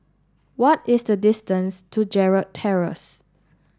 what is the distance to Gerald Terrace